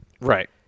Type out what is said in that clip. Right